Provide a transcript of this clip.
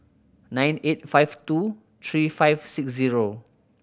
nine eight five two three five six zero